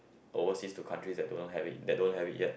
overseas to countries that do not have it that don't have it yet